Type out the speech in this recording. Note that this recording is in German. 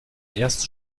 ersten